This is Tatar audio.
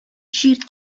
җир